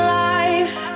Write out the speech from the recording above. life